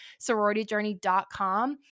sororityjourney.com